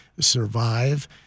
survive